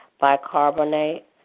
bicarbonate